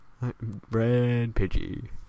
Red-pidgey